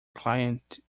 client